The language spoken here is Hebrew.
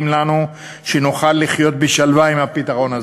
לנו שנוכל לחיות בשלווה עם הפתרון הזה.